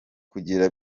kugira